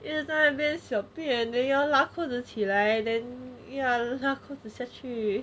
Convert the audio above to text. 一直在那边小便 then 要拉裤子起来 then 要拉裤子下去